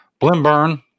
Blimburn